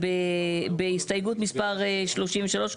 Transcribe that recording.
הסתייגות מספר 33,